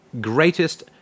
greatest